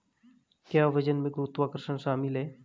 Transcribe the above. क्या वजन में गुरुत्वाकर्षण शामिल है?